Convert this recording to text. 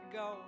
go